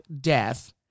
death